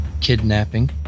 kidnapping